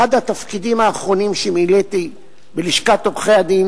אחד התפקידים האחרונים שמילאתי בלשכת עורכי-הדין,